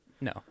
No